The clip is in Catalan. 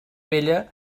vella